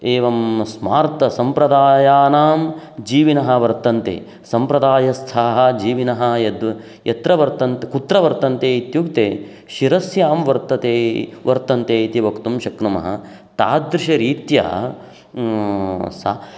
एवं स्मार्तसम्प्रदायानां जीविनः वर्तन्ते सम्प्रदायस्थाः जीविनः यद् यत्र वर्तन् कुत्र वर्तन्ते इत्युक्ते शिरस्यां वर्तन्ते वर्तन्ते इति वक्तुं शक्नुमः तादृशरीत्या सा